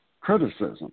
criticism